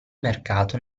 mercato